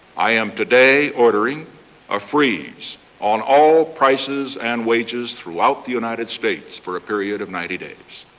i am today ordering a freeze on all prices and wages throughout the united states for a period of ninety days.